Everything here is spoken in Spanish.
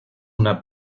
una